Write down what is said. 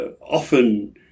often